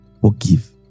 Forgive